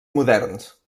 moderns